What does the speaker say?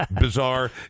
bizarre